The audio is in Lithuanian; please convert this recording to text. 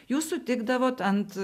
jūs sutikdavot ant